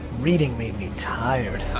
reading made me tired.